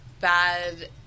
bad